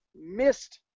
missed